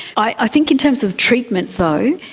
i think in terms of treatment, though,